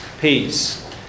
Peace